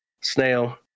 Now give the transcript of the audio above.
snail